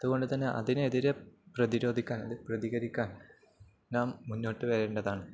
അതുകൊണ്ടുതന്നെ അതിനെതിരെ പ്രതിരോധിക്കാൻ പ്രതികരിക്കാൻ നാം മുന്നോട്ടു വരേണ്ടതാണ്